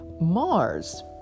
Mars